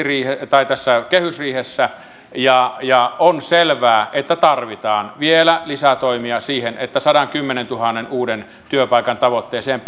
kehysriihessä ja ja on selvää että tarvitaan vielä lisää toimia siihen että sadankymmenentuhannen uuden työpaikan tavoitteeseen